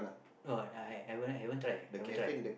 no I haven't haven't try haven't try